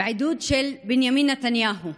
בעידוד של בנימין נתניהו,